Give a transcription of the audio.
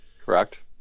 Correct